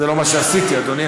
זה לא מה שעשיתי, אדוני.